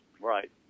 Right